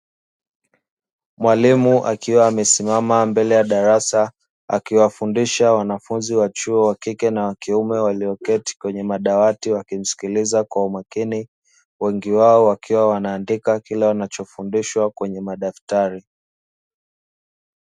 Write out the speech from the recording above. Mwalimu akiwa amesimama mbele ya darasa akiwafundisha wanafunzi wa chuo wa kike na wa kiume walioketi kwenye madawati wakisikiliza kwa umakini, wengi wao wakiwa wanaandika kile wanachofundishwa kwenye madaktari.